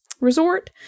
resort